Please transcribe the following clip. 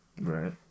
Right